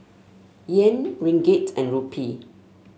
Yen Ringgit and Rupee